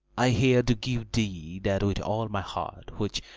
i here do give thee that with all my heart which,